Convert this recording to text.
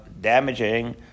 damaging